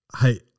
hey